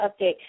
update